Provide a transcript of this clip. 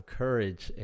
courage